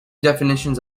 definitions